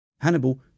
Hannibal